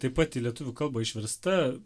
taip pat į lietuvių kalbą išversta